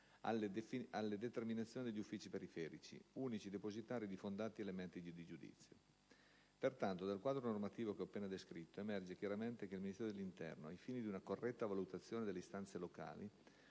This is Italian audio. alle determinazioni degli uffici periferici, unici depositari di fondati elementi di giudizio. Pertanto, dal quadro normativo che ho appena descritto, emerge chiaramente che il Ministero dell'interno, ai fini di una corretta valutazione delle istanze locali,